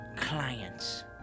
clients